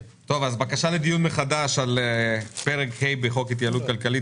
בקשה לדיון מחדש על פרק ה' בחוק ההתייעלות הכלכלית,